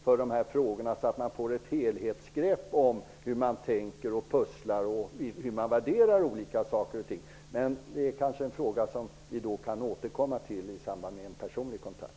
Då hade man kunnat få ett helhetsgrepp om hur man tänker och pusslar och hur man värderar olika saker och ting. Men det är kanske en fråga som vi kan återkomma till i samband med en personlig kontakt.